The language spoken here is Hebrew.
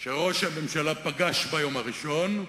שראש הממשלה פגש ביום הראשון?